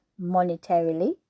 monetarily